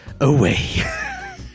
Away